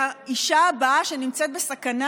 והאישה הבאה שנמצאת בסכנה,